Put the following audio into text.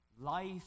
Life